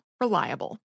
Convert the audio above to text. reliable